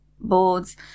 boards